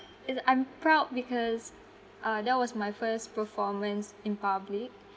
is I'm proud because uh that was my first performance in public